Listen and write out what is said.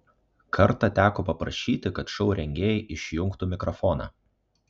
kartą teko paprašyti kad šou rengėjai išjungtų mikrofoną